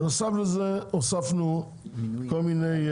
בנוסף לזה הוספנו כל מיני,